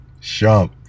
Shump